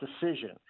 decision